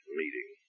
meeting